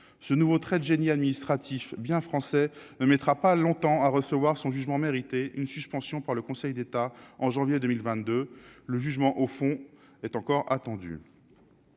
ce nouveau trait de génie administratif bien français ne mettra pas longtemps à recevoir son jugement mérité une suspension par le Conseil d'État, en janvier 2022 le jugement au fond est encore attendu.